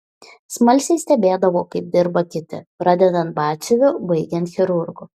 smalsiai stebėdavau kaip dirba kiti pradedant batsiuviu baigiant chirurgu